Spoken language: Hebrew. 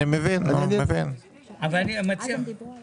דיברו על